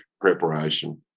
Preparation